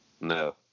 No